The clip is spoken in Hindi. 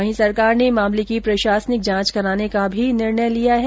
वहीं सरकार ने मामले की प्रशासनिक जांच कराने का भी निर्णय किया है